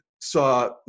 Saw